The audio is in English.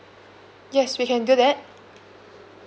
yes we can do that